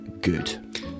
good